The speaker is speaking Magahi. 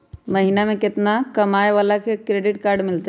महीना में केतना कमाय वाला के क्रेडिट कार्ड मिलतै?